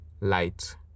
light